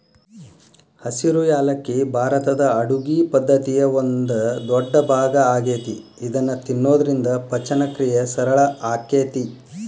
ಹಸಿರು ಯಾಲಕ್ಕಿ ಭಾರತದ ಅಡುಗಿ ಪದ್ದತಿಯ ಒಂದ ದೊಡ್ಡಭಾಗ ಆಗೇತಿ ಇದನ್ನ ತಿನ್ನೋದ್ರಿಂದ ಪಚನಕ್ರಿಯೆ ಸರಳ ಆಕ್ಕೆತಿ